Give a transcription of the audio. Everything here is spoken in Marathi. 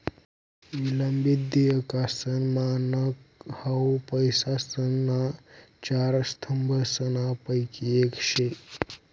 विलंबित देयकासनं मानक हाउ पैसासना चार स्तंभसनापैकी येक शे